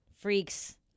freaks